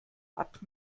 hat